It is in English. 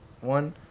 one